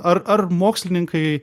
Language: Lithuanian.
ar ar mokslininkai